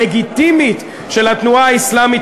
של התנועה האסלאמית,